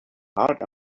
heard